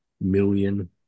million